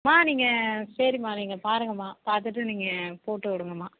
மா நீங்கள் சரிம்மா நீங்கள் பாருங்கள்ம்மா பார்த்துட்டு நீங்கள் போட்டுவிடுங்கம்மா